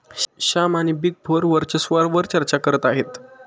श्याम आणि big four वर्चस्वावार चर्चा करत आहेत